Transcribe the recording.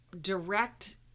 direct